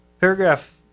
Paragraph